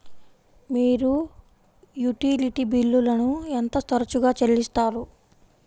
మీరు యుటిలిటీ బిల్లులను ఎంత తరచుగా చెల్లిస్తారు?